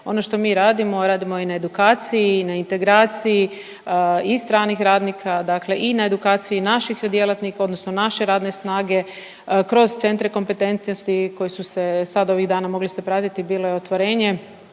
Ono što mi radimo radimo i na edukaciji i na integraciji i stranih radnika, dakle i na edukaciji naših djelatnika odnosno naše radne snage kroz centre kompetentnosti koji su se sad ovih dana, mogli ste pratiti, bilo je otvorenje,